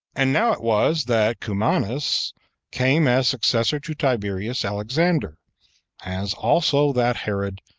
and now it was that cumanus came as successor to tiberius alexander as also that herod,